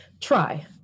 try